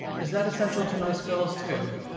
is that essential to nice girls too?